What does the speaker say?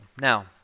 Now